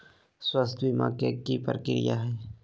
स्वास्थ बीमा के की प्रक्रिया है?